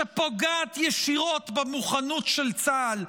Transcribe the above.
שפוגעת ישירות במוכנות של צה"ל,